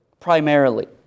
Primarily